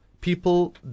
people